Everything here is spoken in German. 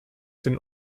den